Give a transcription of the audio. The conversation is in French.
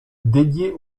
dédié